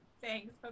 Thanks